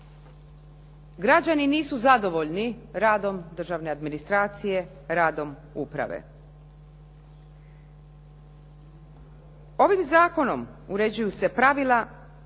građani nisu zadovoljni radom državne administracije, radom uprave. Ovim zakonom uređuju se pravila na